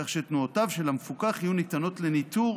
כך שתנועותיו של המפוקח יהיו ניתנות לניטור